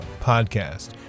Podcast